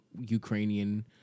Ukrainian